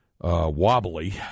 wobbly